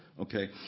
Okay